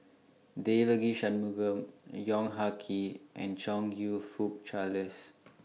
Devagi Sanmugam Yong Ah Kee and Chong YOU Fook Charles